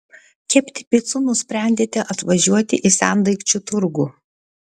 kepti picų nusprendėte atvažiuoti į sendaikčių turgų